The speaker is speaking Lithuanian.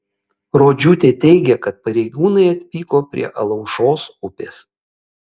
rodžiūtė teigia kad pareigūnai atvyko prie alaušos upės